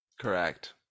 Correct